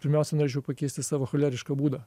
pirmiausia norėčiau pakeisti savo cholerišką būdą